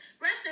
Rest